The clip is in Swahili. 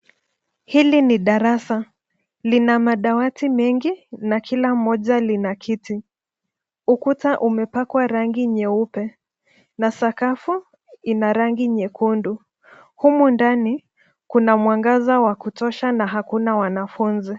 Hili ni darasa. Lina madawati mengi na kila moja lina kiti. Ukuta umepakwa rangi nyeupe na sakafu ina rangi nyekundu. Humu ndani kuna mwangaza wa kutosha na hakuna wanafunzi.